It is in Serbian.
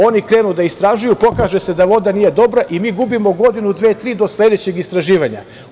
Oni krenu da istražuju pokaže se da voda nije dobra i mi gubimo godinu, dve, tri, do sledećeg istraživanja.